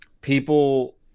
people